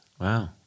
Wow